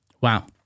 Wow